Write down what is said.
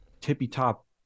tippy-top